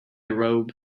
robe